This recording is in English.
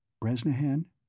Bresnahan